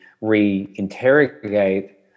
re-interrogate